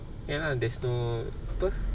ya there's no apa